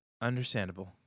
Understandable